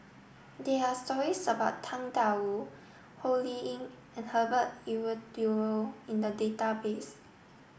there are stories about Tang Da Wu Ho Lee Ling and Herbert Eleuterio in the database